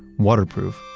waterproof,